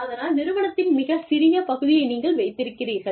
அதனால் நிறுவனத்தின் மிகச் சிறிய பகுதியை நீங்கள் வைத்திருக்கிறீர்கள்